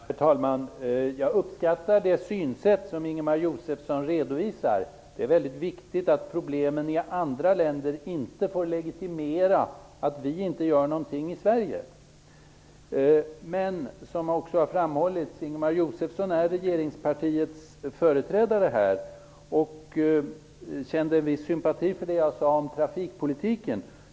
Herr talman! Jag uppskattar det synsätt som Ingemar Josefsson redovisar. Det är mycket viktigt att inte problemen i andra länder får legitimera att vi inte gör något i Sverige. Men som här också har framhållits är Ingemar Josefsson regeringspartiets företrädare här, och han kände en viss sympati för det som jag sade om trafikpolitiken.